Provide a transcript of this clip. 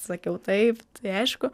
sakiau taip tai aišku